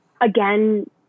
again